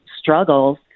struggles